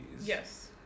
Yes